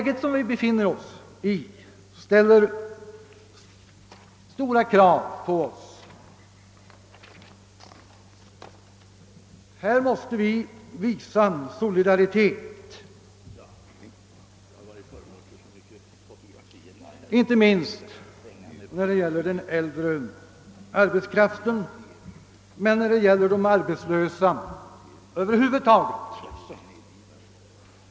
Det läge vi befinner oss i ställer stora krav på oss. Här måste vi som sagt visa solidaritet, inte minst mot den äldre arbetskraften, men även mot de arbetslösa över huvud taget.